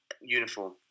uniform